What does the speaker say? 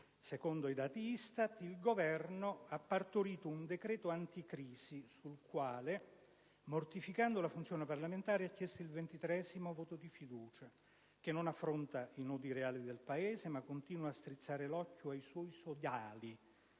secondo i dati ISTAT), il Governo ha partorito un decreto anticrisi - sul quale, mortificando la funzione parlamentare, ha chiesto il ventitreesimo voto di fiducia - che non affronta i nodi reali del Paese, ma continua a strizzare l'occhio ai suoi sodali,